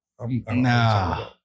Nah